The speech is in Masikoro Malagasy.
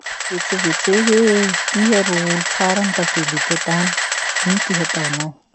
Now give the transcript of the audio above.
Vetsevetseo hoe iha ro olo farany tavela eto antany. Ino ty hataonao?